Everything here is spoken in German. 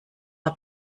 war